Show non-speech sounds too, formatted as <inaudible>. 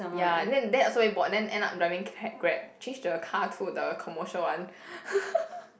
ya and then dad also very bored and then end up driving ca~ Grab change the car to the commercial one <laughs>